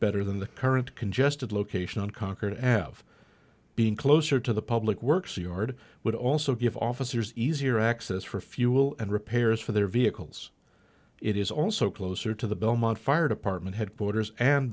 better than the current congested location unconquered av being closer to the public works yard would also give officers easier access for fuel and repairs for their vehicles it is also closer to the belmont fire department headquarters and